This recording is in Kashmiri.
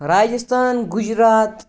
راجِستان گُجرات